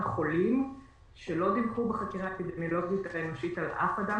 חולים שלא דיווחו בחקירה אפידמיולוגית האנושית על אף אדם